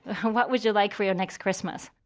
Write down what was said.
what would you like for your next christmas?